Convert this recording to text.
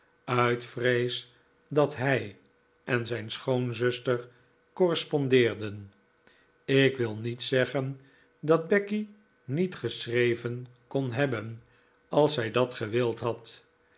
uit vrees dat hij en zijn schoonzuster correspondeerden ik wil niet zeggen dat becky niet geschreven kon hebben als zij dat gewild had